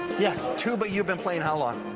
yeah tuba, you've been playing how long? ah,